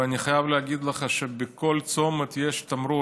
ואני חייב להגיד לך שבכל צומת יש תמרור,